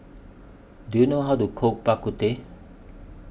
Do YOU know How to Cook Bak Kut Teh